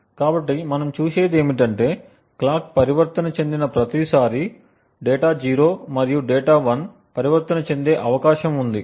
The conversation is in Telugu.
కాబట్టి మనం చూసేది ఏమిటంటే క్లాక్ పరివర్తన చెందిన ప్రతిసారీ డేటా 0 మరియు డేటా 1 పరివర్తన చెందే అవకాశం ఉంది